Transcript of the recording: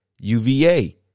UVA